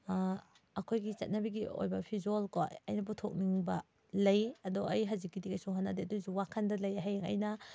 ꯑꯩꯈꯣꯏꯒꯤ ꯆꯠꯅꯕꯤꯒꯤ ꯑꯣꯏꯕ ꯐꯤꯖꯣꯜꯀꯣ ꯑꯩꯅ ꯄꯨꯊꯣꯛꯅꯤꯡꯕ ꯂꯩ ꯑꯗꯨ ꯑꯩ ꯍꯧꯖꯤꯛꯀꯤꯗꯤ ꯀꯩꯁꯨ ꯍꯣꯠꯅꯗꯦ ꯑꯗꯨꯑꯣꯏꯁꯨ ꯋꯥꯈꯜꯗ ꯂꯩ ꯍꯌꯦꯡ ꯑꯩꯅ